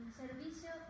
servicio